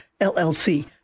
LLC